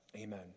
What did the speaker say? Amen